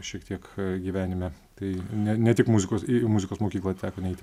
šiek tiek gyvenime tai ne ne tik muzikos į muzikos mokyklą teko neiti